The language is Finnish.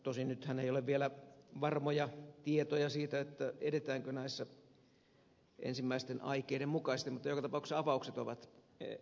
tosin nythän ei ole vielä varmoja tietoja siitä edetäänkö näissä ensimmäisten aikeiden mukaisesti mutta joka tapauksessa avaukset ovat positiivisia